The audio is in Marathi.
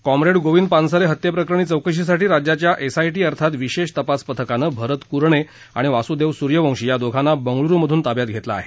कॉम्रेड गोविंद पानसरे हत्ये प्रकरणी चौकशी साठी राज्याच्या एसआय टी अर्थात विशेष तपास पथकानं भरत कुरणे आणि वासुदेव सुर्यवंशी या दोघांना बंगळुरूमधून ताब्यात घेतलं आहे